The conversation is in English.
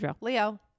Leo